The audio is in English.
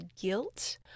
guilt